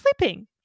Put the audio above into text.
sleeping